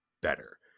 better